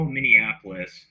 Minneapolis